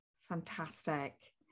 fantastic